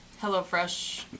HelloFresh